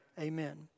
Amen